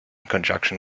conjunction